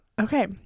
Okay